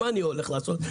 מה אני הולך לעשות?